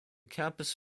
campus